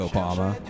Obama